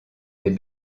des